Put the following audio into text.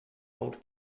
old